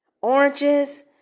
oranges